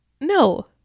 no